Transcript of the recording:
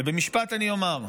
ובמשפט אני אומר: